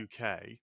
UK